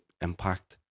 impact